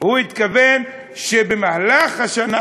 הוא התכוון שבמהלך השנה,